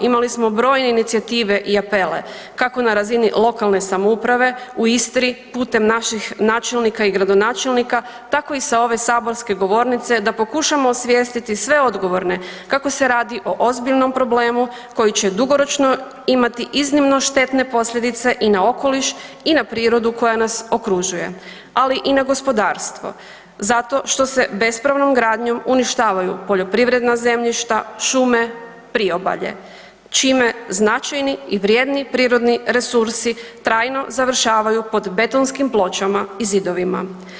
Imali smo brojne inicijative i apele, kako na razini lokalne samouprave u Istri putem naših načelnika i gradonačelnika, tako i sa ove saborske govornice da pokušamo osvijestiti sve odgovorne kako se radi o ozbiljnom problemu koji će dugoročno imati iznimno štetne posljedice i na okoliš i na prirodu koja nas okružuje, ali i na gospodarstvo zato što se bespravnom gradnjom uništavaju poljoprivredna zemljišta, šume, priobalje, čime značajni i vrijedni prirodni resursi trajno završavaju pod betonskim pločama i zidovima.